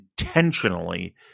intentionally